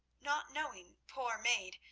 not knowing, poor maid,